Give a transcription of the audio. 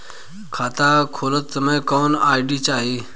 खाता खोलत समय कौन आई.डी चाही?